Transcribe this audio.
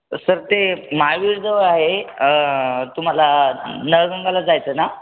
sir ते महावीर जवळ आहे तुम्हाला नळगंगालाच जायचं ना